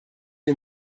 wir